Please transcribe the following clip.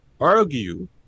argue